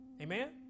amen